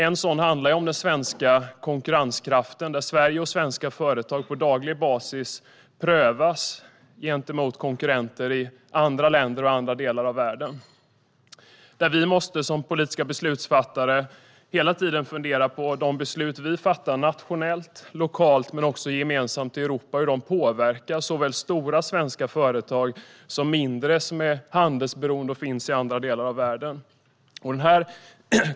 En sådan handlar om den svenska konkurrenskraften, där Sverige och svenska företag på daglig basis prövas gentemot konkurrenter i andra länder och andra delar av världen. Som politiska beslutsfattare måste vi hela tiden fundera på hur de beslut vi fattar nationellt och lokalt men också gemensamt i Europa påverkar såväl stora svenska företag som mindre, som är handelsberoende och finns i andra delar av världen.